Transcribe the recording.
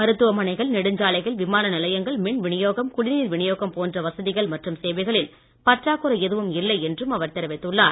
மருத்துவ மனைகள் நெடுஞ்சாலைகள் விமான நிலையங்கள் மின் வினியோகம் குடிநீர் வினியோகம் போன்ற வசதிகள் மற்றும் சேவைகளில் பற்றாக்குறை எதுவும் இல்லை என்றும் அவர் தெரிவித்துள்ளார்